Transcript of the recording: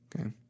Okay